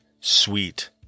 sweet